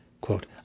quote